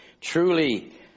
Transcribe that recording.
truly